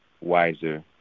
wiser